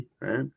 Right